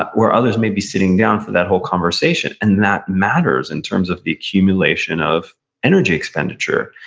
but where others may be sitting down for that whole conversation, and that matters in terms of the accumulation of energy expenditure.